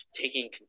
taking